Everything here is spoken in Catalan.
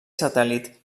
satèl·lit